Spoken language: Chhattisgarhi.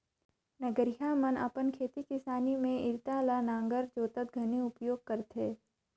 नगरिहा मन अपन खेती किसानी मे इरता ल नांगर जोतत घनी उपियोग करथे